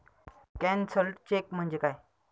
Cancelled cheque म्हणजे काय?